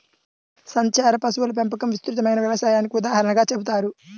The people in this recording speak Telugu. సంచార పశువుల పెంపకం విస్తృతమైన వ్యవసాయానికి ఉదాహరణగా చెబుతారు